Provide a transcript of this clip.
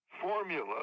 formula